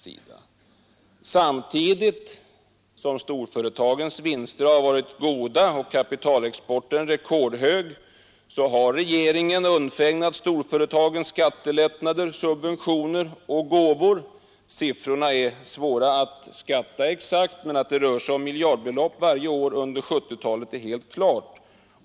Samtidigt som storföretagens vinster har varit goda och kapitalexporten "rekordhög har regeringen undfägnat storföretagen med skattelättnader, subventioner och gåvor. ffrorna är svåra att skatta exakt, men att det rör sig om miljardbelopp varje år under 1970-talet är helt klart.